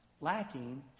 lacking